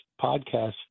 podcast